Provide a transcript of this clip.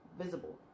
visible